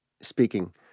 speaking